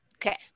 Okay